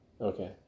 Okay